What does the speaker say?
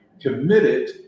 committed